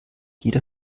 jeder